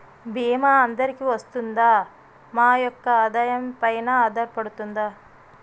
భీమా అందరికీ వరిస్తుందా? మా యెక్క ఆదాయం పెన ఆధారపడుతుందా?